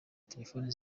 terefone